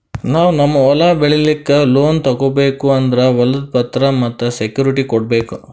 ನಾವ್ ನಮ್ ಹೊಲ ಬೆಳಿಲಿಕ್ಕ್ ಲೋನ್ ತಗೋಬೇಕ್ ಅಂದ್ರ ಹೊಲದ್ ಪತ್ರ ಮತ್ತ್ ಸೆಕ್ಯೂರಿಟಿ ಕೊಡ್ಬೇಕ್